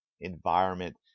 environment